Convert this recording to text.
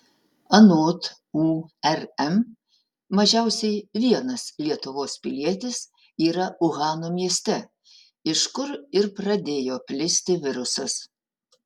anot urm mažiausiai vienas lietuvos pilietis yra uhano mieste iš kur ir pradėjo plisti virusas